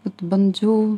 vat bandžiau